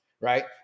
right